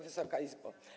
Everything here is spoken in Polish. Wysoka Izbo!